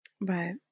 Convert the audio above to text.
Right